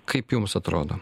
kaip jums atrodo